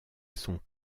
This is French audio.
sont